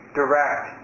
direct